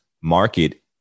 market